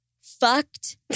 fucked